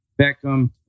Beckham